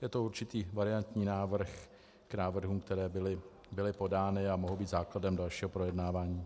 Je to určitý variantní návrh k návrhům, které byly podány a mohou být základem dalšího projednávání.